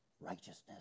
righteousness